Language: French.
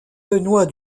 benoît